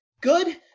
good